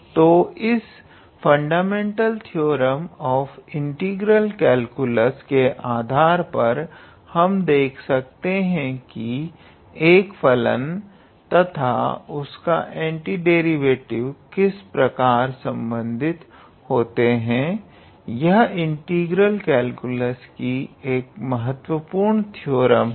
तो इस fundamental theorem of integral calculus के आधार पर हम देख सकते हैं कि एक फलन तथा उसका एंटीडेरिवेटिव किस प्रकार संबंधित होते हैं यह इंटीग्रल कैलकुलस की एक महत्वपूर्ण थ्योरम है